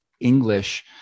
English